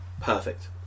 perfect